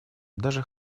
даже